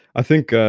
i think,